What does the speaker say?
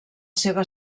seva